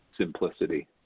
simplicity